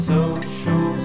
Social